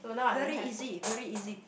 very easy very easy